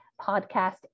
podcast